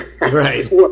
right